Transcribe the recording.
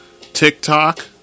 TikTok